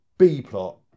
B-plot